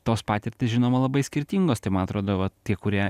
tos patirtys žinoma labai skirtingos tai man atrodo va tie kurie